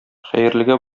хәерлегә